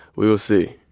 we will see.